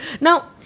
Now